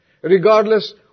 regardless